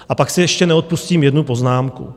A pak si ještě neodpustím jednu poznámku.